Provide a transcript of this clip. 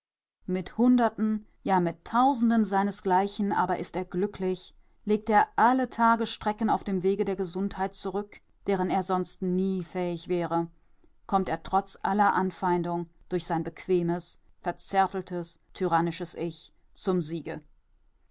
mit hunderten ja mit tausenden seinesgleichen aber ist er glücklich legt er alle tage strecken auf dem wege der gesundheit zurück deren er sonst nie fähig wäre kommt er trotz aller anfeindung durch sein bequemes verzärteltes tyrannisches ich zum siege